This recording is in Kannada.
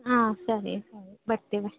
ಹಾಂ ಸರಿ ಬರ್ತೀವಿ